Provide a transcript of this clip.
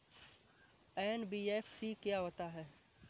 NBFC क्या होता है?